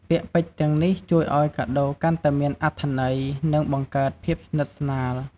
ពាក្យពេចន៍ទាំងនេះជួយឱ្យកាដូរកាន់តែមានអត្ថន័យ និងបង្កើតភាពស្និទ្ធស្នាល។